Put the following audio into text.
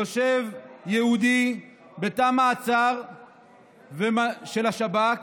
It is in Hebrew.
יושב יהודי בתא מעצר של השב"כ